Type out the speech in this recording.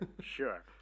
sure